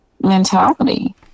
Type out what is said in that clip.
mentality